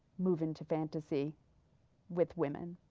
move into fantasy with women.